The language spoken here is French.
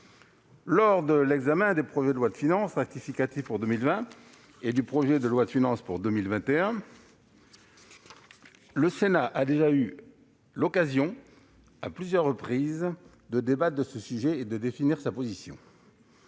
Lors de l'examen des projets de loi de finances rectificative pour 2020 et du projet de loi de finances pour 2021, le Sénat a déjà eu l'occasion, à plusieurs reprises, de débattre de ce sujet, et de définir sa position.